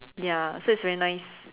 ya so it's very nice